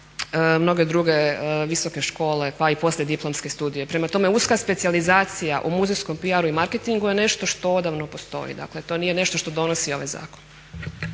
mnoge druge visoke škole pa i poslijediplomske studije. Prema tome, uska specijalizacija o muzejskom PR-u i marketingu je nešto što odavno postoji, dakle to nije nešto što donosi ovaj zakon.